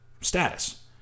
status